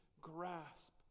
grasp